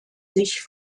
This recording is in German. sich